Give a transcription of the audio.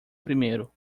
primeiro